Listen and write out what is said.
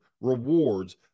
rewards